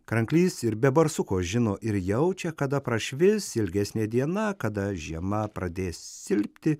kranklys ir be barsuko žino ir jaučia kada prašvis ilgesnė diena kada žiema pradės silpti